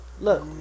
Look